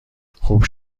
خوب